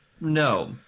No